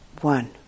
one